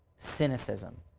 cynicism,